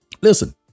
Listen